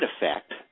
effect